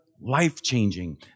life-changing